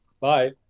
Bye